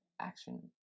action